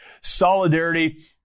Solidarity